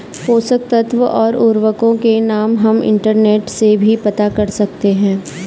पोषक तत्व और उर्वरकों के नाम हम इंटरनेट से भी पता कर सकते हैं